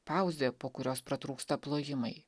pauzė po kurios pratrūksta plojimai